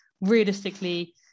realistically